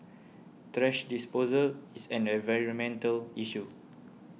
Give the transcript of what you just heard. thrash disposal is an environmental issue